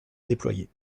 déployée